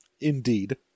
Indeed